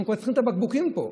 אנחנו כבר צריכים את הבקבוקים פה.